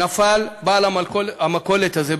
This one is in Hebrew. בעל המכולת הזה,